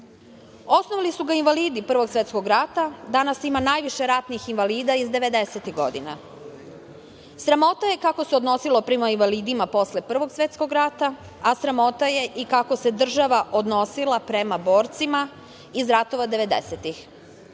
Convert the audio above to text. Osnovali su ga invalidi Prvog svetskog rata. Danas ima najviše ratnih invalida iz 90-ih godina. Sramota kako se odnosilo prema invalidima posle Prvog svetskog rata, a sramota je kako se država odnosila prema borcima iz ratova 90-ih.